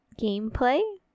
gameplay